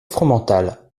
fromental